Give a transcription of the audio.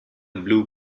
blue